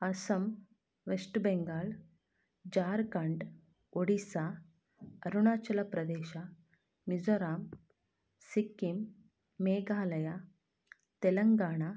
Assam West Bengal Jharkhand Odisha Arunachal Pradesh Mizoram Sikkim Meghalaya Telangana